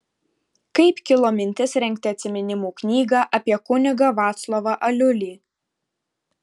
kaip kilo mintis rengti atsiminimų knygą apie kunigą vaclovą aliulį